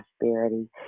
prosperity